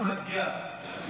אחמד דיאב.